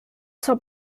zur